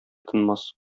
тынмас